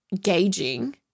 gauging